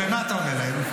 ומה אתה עונה להם?